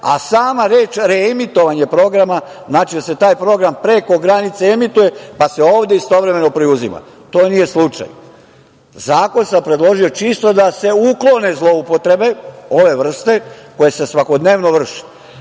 a sama reč reemitovanje programa znači da se taj program preko granice emituje, pa se ovde istovremeno preuzima. To nije slučaj. Zakon sam predložio čisto da se uklone zloupotrebe ove vrste koje se svakodnevno